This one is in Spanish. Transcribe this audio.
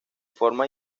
forma